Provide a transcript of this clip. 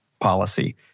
policy